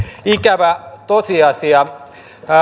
ikävä tosiasia